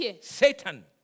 Satan